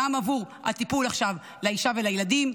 גם עבור הטיפול עכשיו לאישה ולילדים,